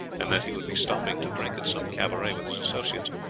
and that he would be stopping to drink at some cabaret with his associates.